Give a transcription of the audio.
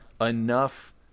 enough